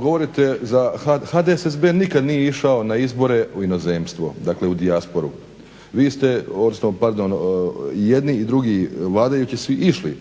govorite za, HDSSB nikad nije išao na izbore u inozemstvo, dakle u dijasporu. Vi ste, odnosno pardon i jedni i drugi vladajući su išli